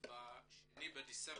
ב־2 בדצמבר,